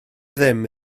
ddim